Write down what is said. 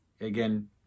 again